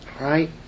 right